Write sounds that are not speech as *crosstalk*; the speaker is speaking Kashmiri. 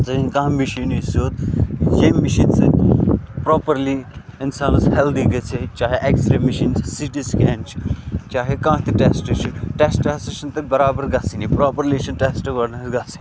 *unintelligible* کانٛہہ مِشیٖنی سیوٚد ییٚمہِ مشیٖن سۭتۍ پراپرلی اِنسانَس ہیٚلدی گَژھِ ہا چاہے ایٚکس رے مِشیٖن چھ سی ٹی سکین چھُ چاہے کانٛہہ تہِ ٹیٚسٹ چھُ ٹیٚسٹ ہَسا چھِنہٕ تَتہِ بَرابَر گَژھٲنی پراپرلی چھِ نہٕ ٹیٚسٹ *unintelligible* گَژھٲنی